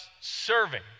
serving